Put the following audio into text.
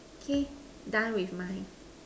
okay done with my